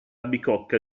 bicocca